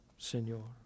Señor